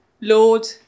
Lord